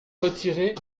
retiré